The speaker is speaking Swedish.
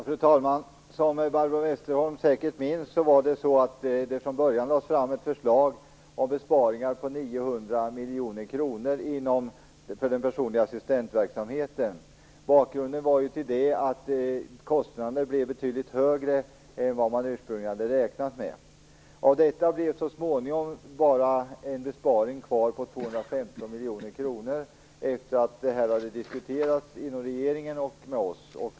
Fru talman! Som Barbro Westerholm säkert minns, lades det från början fram ett förslag om besparingar på 900 miljoner kronor inom den personliga assistentverksamheten. Bakgrunden till det var att kostnaderna blev betydligt högre än vad man ursprungligen hade räknat med. Av detta blev så småningom kvar en besparing på bara 215 miljoner kronor, efter att detta hade diskuterats inom regeringen och med oss.